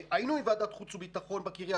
היינו עם ועדת החוץ והביטחון בקרייה,